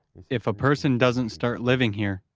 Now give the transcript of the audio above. if a person doesn't start living here,